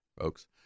folks